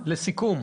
לסיכום?